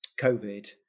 COVID